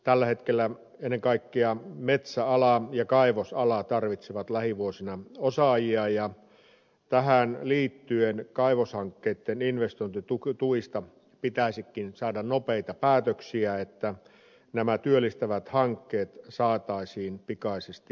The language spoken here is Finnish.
tällä hetkellä ennen kaikkea metsäala ja kaivosala tarvitsevat lähivuosina osaajia ja tähän liittyen kaivoshankkeitten investointituista pitäisikin saada nopeita päätöksiä että nämä työllistävät hankkeet saataisiin pikaisesti liikkeelle